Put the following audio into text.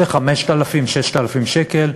זה 5,000 6,000 שקל,